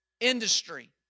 industry